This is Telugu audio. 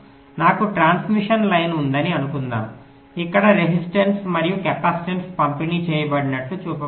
నాకు ట్రాన్స్మిషన్ లైన్ ఉందని అనుకుందాం ఇక్కడ రెసిస్టన్స్ మరియు కెపాసిటెన్సులు పంపిణీ చేయబడినట్లు చూపబడతాయి